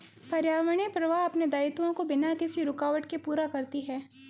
पर्यावरणीय प्रवाह अपने दायित्वों को बिना किसी रूकावट के पूरा करती है